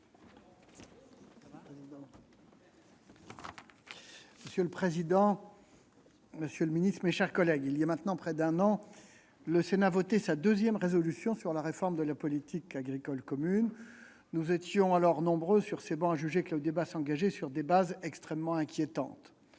Monsieur le président, monsieur le ministre, mes chers collègues, voilà maintenant près d'un an, le Sénat votait sa deuxième proposition de résolution européenne sur la réforme de la politique agricole commune. Nous étions alors nombreux sur ces travées à juger que le débat s'engageait sur des bases extrêmement inquiétantes.